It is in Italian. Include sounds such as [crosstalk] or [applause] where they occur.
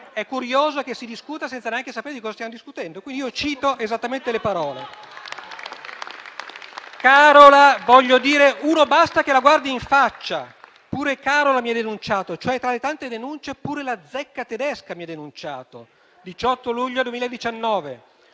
è curioso che si discuta senza neanche sapere di cosa stiamo discutendo. Quindi, cito esattamente le parole. [applause] «Carola, voglio dire, uno basta che la guardi in faccia». «Pure Carola mi ha denunciato. Cioè, tra le tante denunce, pure la zecca tedesca mi ha denunciato» (18 luglio 2019).